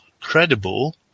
credible